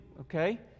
okay